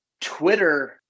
twitter